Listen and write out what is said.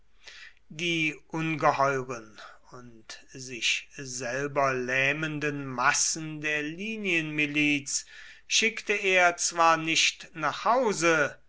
die ungeheuren und sich selber lähmenden massen der linienmiliz schickte er zwar nicht nach hause